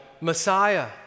Messiah